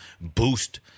boost –